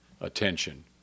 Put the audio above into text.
attention